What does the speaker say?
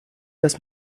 dass